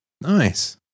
Nice